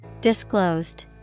Disclosed